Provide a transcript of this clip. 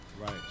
Right